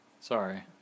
Sorry